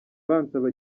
bansaba